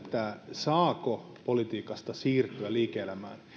saako politiikasta siirtyä liike elämään